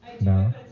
No